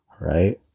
right